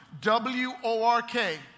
W-O-R-K